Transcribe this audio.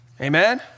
Amen